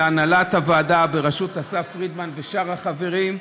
להנהלת הוועדה בראשות אסף פרידמן ושאר החברים,